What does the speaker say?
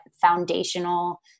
foundational